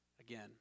again